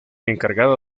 encargada